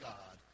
God